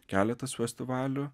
keletas festivalių